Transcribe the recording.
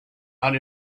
out